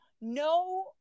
no